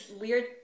weird